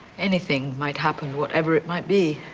anything might happen, whatever it might be.